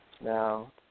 Now